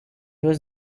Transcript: was